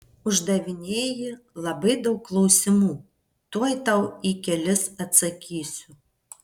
uždavinėji labai daug klausimų tuoj tau į kelis atsakysiu